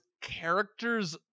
characters